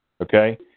Okay